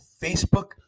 Facebook